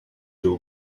your